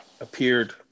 appeared